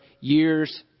years